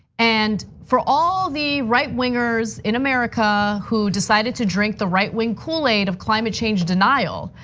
and for all the right wingers in america who decided to drink the right wing kool aid of climate change denial,